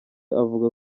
avuga